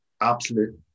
absolute